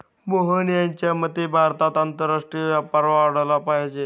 मोहन यांच्या मते भारतात आंतरराष्ट्रीय व्यापार वाढला पाहिजे